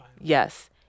Yes